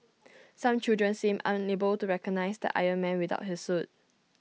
some children seemed unable to recognise the iron man without his suit